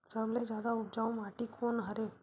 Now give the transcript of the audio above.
सबले जादा उपजाऊ माटी कोन हरे?